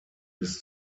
bis